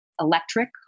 Electric